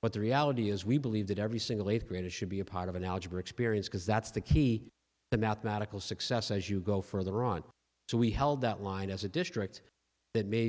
but the reality is we believe that every single eighth grader should be a part of an algebra experience because that's the key the mathematical success as you go further on so we held that line as a district that may